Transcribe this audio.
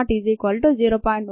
xvxv00